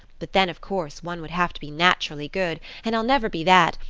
but then of course one would have to be naturally good and i'll never be that,